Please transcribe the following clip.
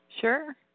Sure